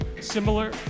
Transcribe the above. similar